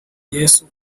yesu